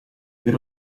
per